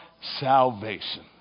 salvation